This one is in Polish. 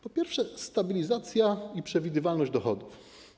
Po pierwsze stabilizacja i przewidywalność dochodów.